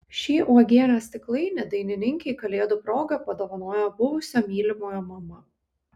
šį uogienės stiklainį dainininkei kalėdų proga padovanojo buvusio mylimojo mama